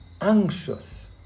anxious